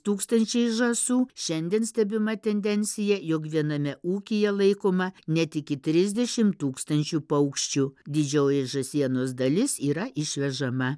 tūkstančiais žąsų šiandien stebima tendencija jog viename ūkyje laikoma net iki trisdešim tūkstančių paukščių didžioji žąsienos dalis yra išvežama